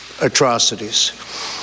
atrocities